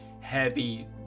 heavy